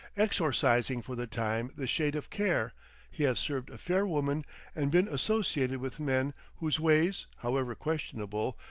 exorcising for the time the shade of care he had served a fair woman and been associated with men whose ways, however questionable,